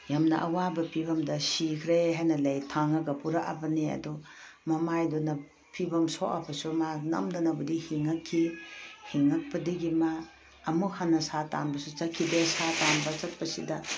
ꯌꯥꯝꯅ ꯑꯋꯥꯕ ꯐꯤꯕꯝꯗ ꯁꯤꯈ꯭ꯔꯦ ꯍꯥꯏꯅ ꯂꯩ ꯊꯥꯡꯉꯒ ꯄꯨꯔꯛꯑꯕꯅꯤ ꯑꯗꯨ ꯃꯃꯥꯏꯗꯨꯅ ꯐꯤꯕꯝ ꯁꯣꯛꯑꯕꯁꯨ ꯃꯥ ꯅꯝꯗꯅꯕꯨꯗꯤ ꯍꯤꯡꯉꯛꯈꯤ ꯍꯤꯡꯉꯛꯄꯗꯒꯤ ꯃꯥ ꯑꯃꯨꯛ ꯍꯟꯅ ꯁꯥ ꯇꯥꯟꯕꯁꯨ ꯆꯠꯈꯤꯗꯦ ꯁꯥ ꯇꯥꯟꯕ ꯆꯠꯄꯁꯤꯗ